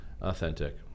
authentic